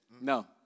No